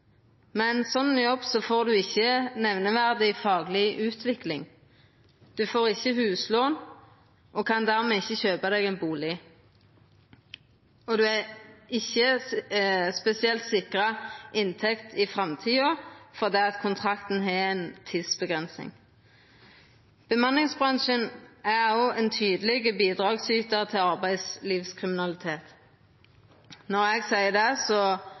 får ein ikkje nemneverdig fagleg utvikling, ein får ikkje huslån og kan dermed ikkje kjøpa seg ein bustad. Og ein er ikkje spesielt sikra inntekt i framtida fordi kontrakten har ei tidsavgrensing. Bemanningsbransjen er òg ein tydeleg bidragsytar til arbeidslivskriminalitet. Når eg seier det,